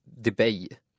debate